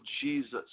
Jesus